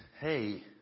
hey